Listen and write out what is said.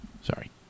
Sorry